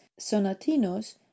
sonatinos